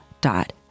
dot